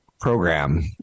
program